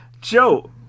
Joe